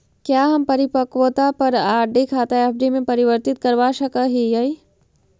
क्या हम परिपक्वता पर आर.डी खाता एफ.डी में परिवर्तित करवा सकअ हियई